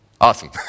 Awesome